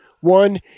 one